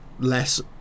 less